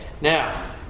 Now